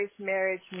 Marriage